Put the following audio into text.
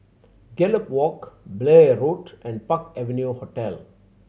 Gallop Walk Blair Road and Park Avenue Hotel